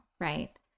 right